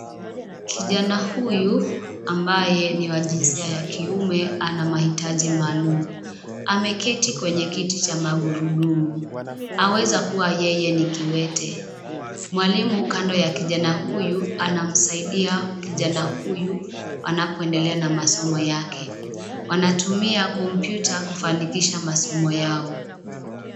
Kijana huyu, ambaye ni wa jinsia ya kiume ana mahitaji maalumu. Ameketi kwenye kiti cha magurudumu. Aweza kuwa yeye ni kiwete. Mwalimu kando ya kijana huyu, anamsaidia kijana huyu anapoendelea na masomo yake. Wanatumia kompyuta kufanikisha masomo yao.